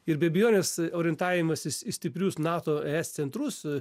ir be abejonės orientavimasis į stiprius nato es centrus